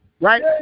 right